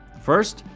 first,